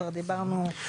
כבר דיברנו.